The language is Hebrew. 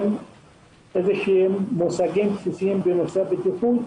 מושגים בסיסיים בבטיחות,